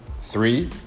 Three